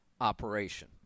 operation